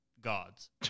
Gods